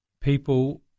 people